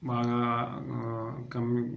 బాగా కమిట్